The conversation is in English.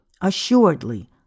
assuredly